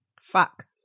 Fuck